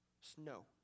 Snow